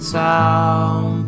town